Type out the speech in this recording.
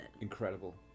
Incredible